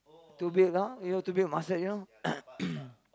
to build know you know to build muscle you know